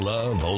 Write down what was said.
Love